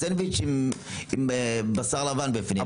סנדביצ'ים עם בשר לבן בפנים.